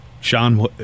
Sean